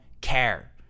care